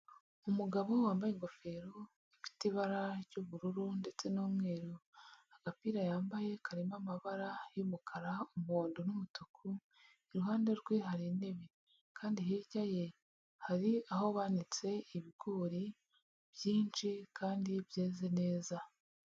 Umugabo wambaye ingofero ifite ibara ry'ubururu ndetse n'umweru. Agapira yambaye karimo amabara y'umukara, umuhondo n'umutuku, iruhande rwe hari intebe, kandi hirya ye hari aho banitse ibigori byinshi kandi byeze neza.